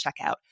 checkout